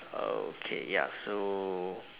okay ya so